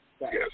Yes